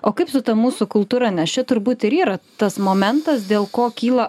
o kaip su ta mūsų kultūra nes čia turbūt ir yra tas momentas dėl ko kyla